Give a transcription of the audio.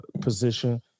position